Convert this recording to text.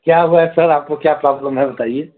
क्या हुआ है सर आपको क्या प्रॉब्लम है बताइए